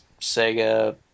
Sega